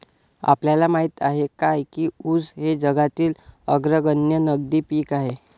आपल्याला माहित आहे काय की ऊस हे जगातील अग्रगण्य नगदी पीक आहे?